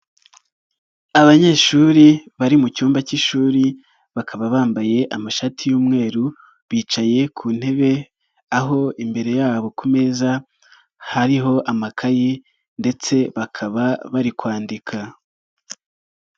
Abanyeshuri bari mu cyumba cy'ishuri bakaba bambaye amashati y'umweru, bicaye ku ntebe aho imbere yabo ku meza hariho amakayi ndetse bakaba bari kwandika.